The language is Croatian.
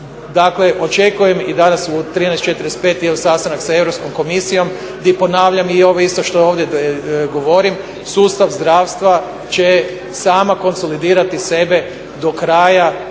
Dakle, očekujem i danas u 13,45 imam sastanak sa Europskom komisijom gdje ponavljam i ono isto što i ovdje govorim sustav zdravstva će sam konsolidirati sebe do kraja